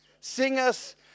singers